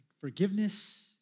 forgiveness